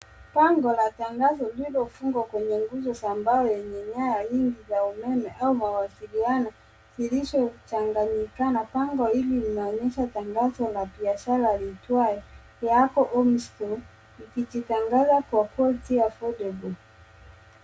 Bango la tangazo lililofungwa kwenye nguzo za mbao yenye nyaya nyingi ya umeme au mawasiliano zilizochanganyikana. Bango hili linaonyesha tangazo la biashara liitwayo Yako onstore likijitangaza kwa quality affordable .